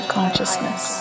Consciousness